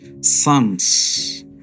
Sons